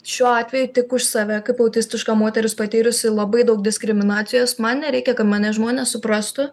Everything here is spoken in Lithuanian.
šiuo atveju tik už save kaip autistiška moteris patyrusi labai daug diskriminacijos man nereikia ka mane žmonės suprastų